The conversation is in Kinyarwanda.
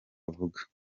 avuga